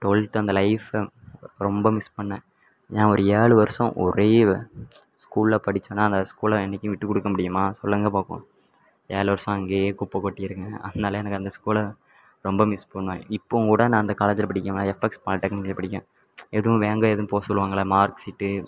twelfth அந்த லைஃப்பை ரொம்ப மிஸ் பண்ணிணேன் ஏன் ஒரு ஏழு வருஷம் ஒரே ஸ்கூலில் படித்தனால அந் ஸ்கூலை என்றைக்கும் விட்டுக்கொடுக்க முடியுமா சொல்லுங்கள் பார்ப்போம் ஏழு வருஷம் அங்கேயே குப்பை கொட்டி இருக்கேன் அதனால் எனக்கு அந்த ஸ்கூலை ரொம்ப மிஸ் பண்ணுவேன் இப்பவும் கூட நான் அந்த காலேஜில் படிக்கிறேன்லே எஃப்எக்ஸ் பாலிடெக்னிக்கில் படிக்கேன் எதுவும் வாங்க எதுவும் போக சொல்லுவாங்களே மார்க் ஷீட்டு